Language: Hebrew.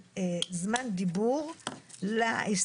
אז אתם אמרתם בכמה וכמה הזדמנויות --- זה מהזמן שלהם,